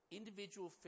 individual